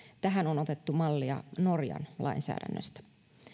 tähän on otettu mallia norjan lainsäädännöstä